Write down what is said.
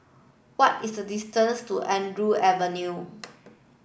what is the distance to Andrew Avenue